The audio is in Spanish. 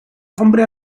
hombre